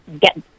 get